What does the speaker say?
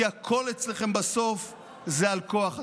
כי הכול אצלכם בסוף זה על כוח.